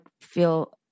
feel